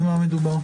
במה מדובר?